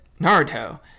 naruto